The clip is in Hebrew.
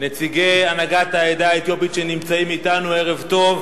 נציגי הנהגת העדה האתיופית שנמצאים אתנו, ערב טוב,